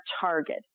target